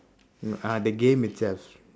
mm ah the game itself